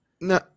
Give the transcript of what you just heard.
no